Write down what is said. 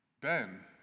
Ben